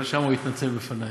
אולי שם הוא יתנצל בפני.